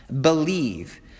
believe